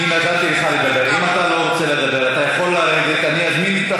את מי מענישים?